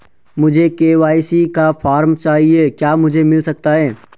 मुझे के.वाई.सी का फॉर्म चाहिए क्या मुझे मिल सकता है?